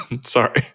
Sorry